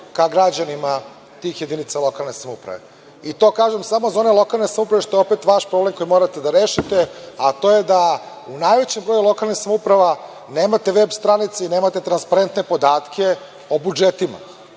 ka građanima tih jedinca lokalne samouprave. To kažem samo za one lokalne samouprave, što je opet vaš problem koji morate da rešite, a to je u najvećem broju lokalnih samouprava nemate veb stranice i nemate transparente podatke o budžetima,